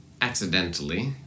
accidentally